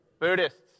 Buddhists